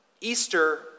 Easter